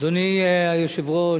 אדוני היושב-ראש,